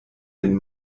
den